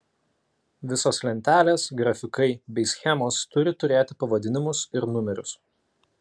visos lentelės grafikai bei schemos turi turėti pavadinimus ir numerius